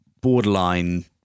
borderline